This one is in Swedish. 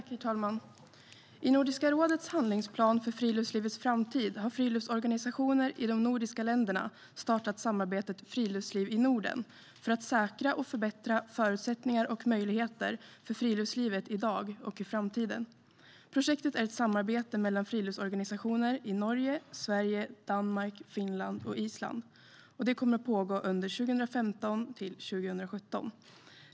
Herr talman! I Nordiska rådets handlingsplan för friluftslivets framtid har friluftsorganisationer i de nordiska länderna startat samarbetet Friluftsliv i Norden för att säkra och förbättra förutsättningar och möjligheter för friluftslivet i dag och i framtiden. Projektet är ett samarbete mellan friluftsorganisationer i Norge, Sverige, Danmark, Finland och Island och kommer att pågå 2015-2017.